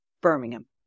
Birmingham